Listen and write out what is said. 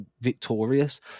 victorious